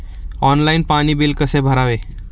Online पाणी bill कसे भरावे?